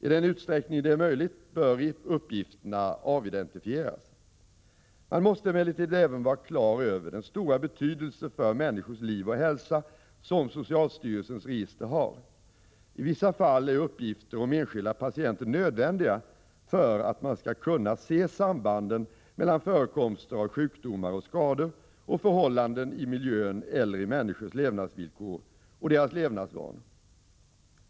I den utsträckning det är möjligt bör uppgifterna avidentifieras. Man måste emellertid även vara klar över den stora betydelse för människors liv och hälsa som socialstyrelsens register har. I vissa fall är uppgifter om enskilda patienter nödvändiga för att man skall kunna se sambanden mellan förekomsten av sjukdomar och skador samt förhållanden i miljön eller i människors levnadsvillkor och deras levnadsvanor.